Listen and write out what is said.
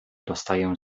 dostaję